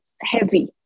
heavy